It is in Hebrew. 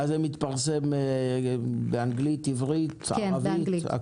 אז זה מתפרסם באנגלית, עברית, ערבית?